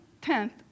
tenth